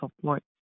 support